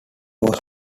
was